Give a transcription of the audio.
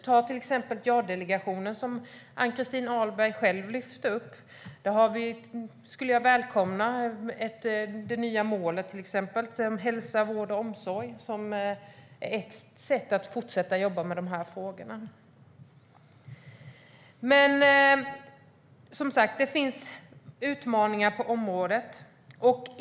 Ta till exempel JA-delegationen som Ann-Christin Ahlberg själv lyfte upp. Jag skulle välkomna det nya målet. Hälsa, vård och omsorg är ett sätt att fortsätta jobba med de här frågorna. Det finns som sagt utmaningar på området.